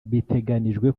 biteganijwe